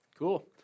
Cool